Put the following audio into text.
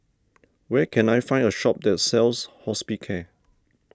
where can I find a shop that sells Hospicare